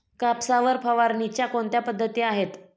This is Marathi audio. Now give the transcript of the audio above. कापसावर फवारणीच्या कोणत्या पद्धती आहेत?